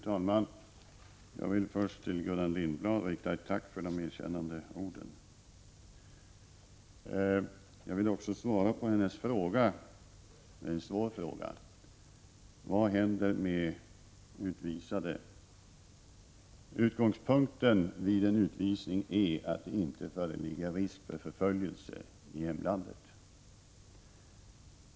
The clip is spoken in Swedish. Fru talman! Jag vill först rikta ett tack till Gullan Lindblad för hennes erkännsamma ord. Jag vill också svara på hennes fråga — en svår fråga: Vad händer med utvisade? Utgångspunkten vid en utvisning är att det inte föreligger någon risk för förföljelse i hemlandet.